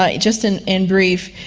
ah just in in brief,